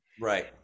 Right